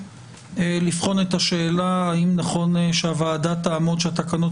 לבחון את השאלה האם נכון שהוועדה תעמוד שהתקנות